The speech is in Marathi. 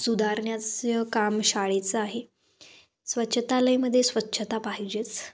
सुधारण्याचे काम शाळेचं आहे स्वच्छतालयमध्ये स्वच्छता पाहिजेच